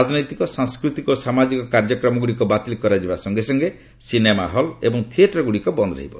ରାଜନୈତିକ ସାଂସ୍କୃତିକ ଓ ସାମାଜିକ କାର୍ଯ୍ୟକ୍ରମଗୁଡିକ ବାତିଲ କରାଯିବା ସଙ୍ଗେ ସଙ୍ଗେ ସିନେମାହଲ୍ ଏବଂ ଥିଏଟରଗୁଡିକ ବନ୍ଦ ରହିବ